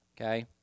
okay